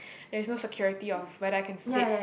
there's no security of whether I can fit